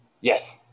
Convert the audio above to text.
Yes